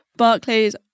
barclays